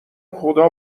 خدا